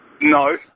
No